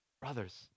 Brothers